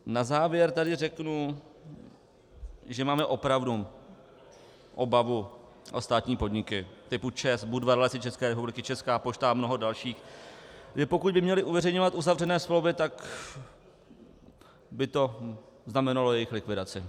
Na závěr tady řeknu, že máme opravdu obavu o státní podniky typu ČEZ, Budvar, Lesy České republiky, Česká pošta a mnoho dalších, protože pokud by měly uveřejňovat uzavřené smlouvy, tak by to znamenalo jejich likvidaci.